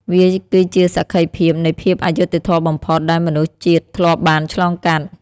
វាគឺជាសក្ខីភាពនៃភាពអយុត្តិធម៌បំផុត ដែលមនុស្សជាតិធ្លាប់បានឆ្លងកាត់។